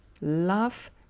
love